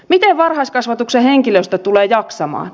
miten varhaiskasvatuksen henkilöstö tulee jaksamaan